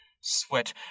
sweat